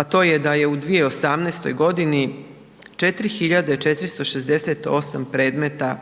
a to je da je u 2018. godini 4.468 predmeta